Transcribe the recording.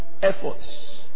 Efforts